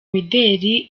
imideli